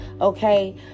Okay